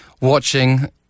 watching